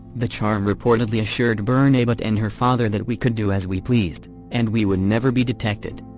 the charm reportedly assured bernabet and her father that we could do as we pleased and we would never be detected.